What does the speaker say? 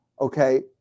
okay